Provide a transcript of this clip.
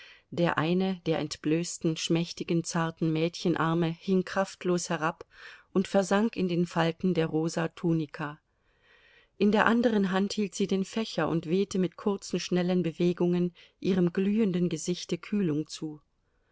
der eine der entblößten schmächtigen zarten mädchenarme hing kraftlos herab und versank in den falten der rosa tunika in der anderen hand hielt sie den fächer und wehte mit kurzen schnellen bewegungen ihrem glühenden gesichte kühlung zu